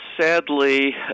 sadly